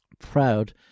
proud